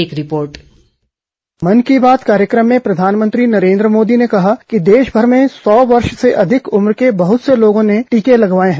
एक रिपोर्ट मन की बात कार्यक्रम में प्रधानमंत्री नरेन्द्र मोदी ने कहा कि देशभर में सौ वर्ष से अधिक उम्र के बहत से लोगों ने टीके लगवाए हैं